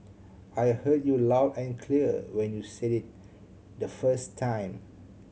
I heard you loud and clear when you said it the first time